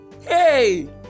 Hey